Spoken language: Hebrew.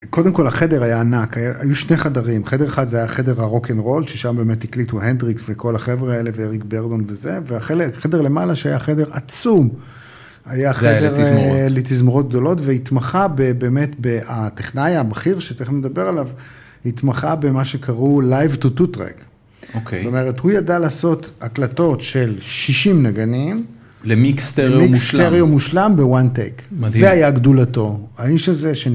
קודם כל, החדר היה ענק. היו שני חדרים. חדר אחד, זה היה החדר הרוק-נ-רול, ששם, באמת, הקליטו הנדריקס וכל החבר'ה האלה, ואריק ברדון וזה. והחדר למעלה, שהיה חדר עצום, היה חדר לתזמורות גדולות, והתמחה באמת ב... הטכנאי הבכיר, שתכף נדבר עליו, התמחה במה שקראו Live to Two Track. זאת אומרת, הוא ידע לעשות הקלטות של 60 נגנים. למיקס סטריאו מושלם. למיקס סטריאו מושלם בוואן טייק. מדהים. זה היה גדולתו. האיש הזה שני...